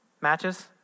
Matches